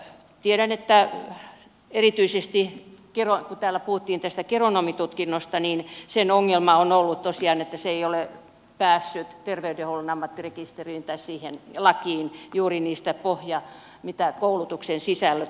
tiedän että erityisesti kun täällä puhuttiin geronomitutkinnosta niin sen ongelma on ollut tosiaan se että se ei ole päässyt terveydenhuollon ammattirekisteriin tai siihen lakiin juuri niistä mitä koulutuksen sisällöt opetussuunnitelmat sisältävät